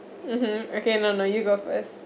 mmhmm okay no no you go first